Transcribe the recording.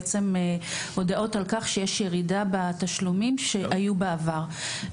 בעצם הודעות על כך שיש ירידה בתשלומים שהיו בעבר.